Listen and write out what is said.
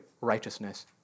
righteousness